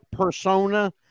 persona